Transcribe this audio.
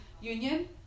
union